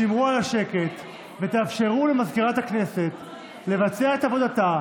שמרו על השקט ותאפשרו למזכירת הכנסת לבצע את עבודתה,